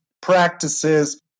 practices